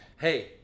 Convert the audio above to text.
Hey